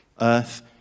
Earth